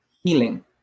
healing